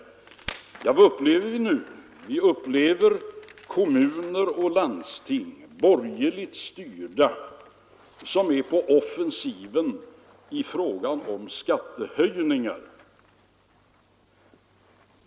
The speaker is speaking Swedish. Vad upplever vi nu? Jo, vi upplever att borgerligt styrda kommuner och landsting är på offensiven när det gäller skattehöjningar.